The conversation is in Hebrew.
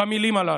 במילים הללו.